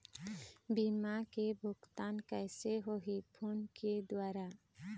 बीमा के भुगतान कइसे होही फ़ोन के द्वारा?